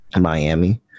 Miami